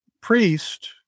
priest